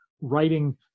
writing